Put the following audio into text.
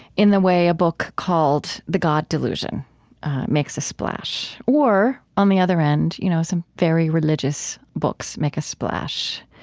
in the way a book called the god delusion makes a splash or, on the other end, you know some very religious books make a splash.